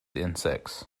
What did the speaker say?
insects